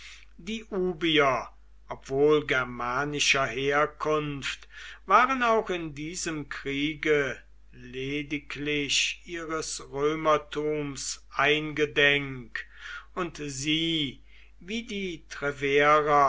die ubier obwohl germanischer herkunft waren auch in diesem kriege lediglich ihres römerrums eingedenk und sie wie die treverer